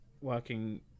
working